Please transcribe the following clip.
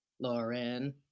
Lauren